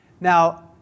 Now